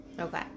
Okay